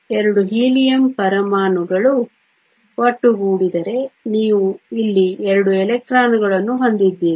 2 helium ಪರಮಾಣುಗಳು ಒಟ್ಟುಗೂಡಿದರೆ ನೀವು ಇಲ್ಲಿ 2 ಎಲೆಕ್ಟ್ರಾನ್ಗಳನ್ನು ಹೊಂದಿದ್ದೀರಿ